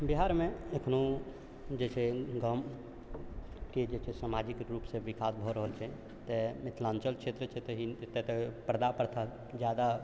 बिहारमे एखनो जे छै गामके जे छै सामाजिक रूपसँ विकास भऽ रहल छै तऽ मिथिलाञ्चल क्षेत्र जतऽ ही एतऽ तऽ पर्दा प्रथा ज्यादा